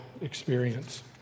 experience